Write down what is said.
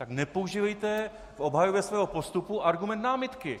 Tak nepoužívejte k obhajobě svého postupu argument námitky.